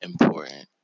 important